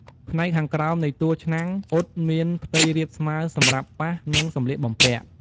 ផ្នែកខាងក្រោមនៃតួឆ្នាំងអ៊ុតមានផ្ទៃរាបស្មើសម្រាប់ប៉ះ នឹងសម្លៀកបំពាក់។